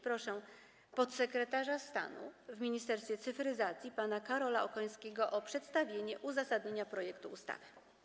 Proszę podsekretarza stanu w Ministerstwie Cyfryzacji pana Karola Okońskiego o przedstawienie uzasadnienia projektu ustawy.